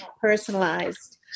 personalized